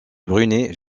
brunet